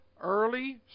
early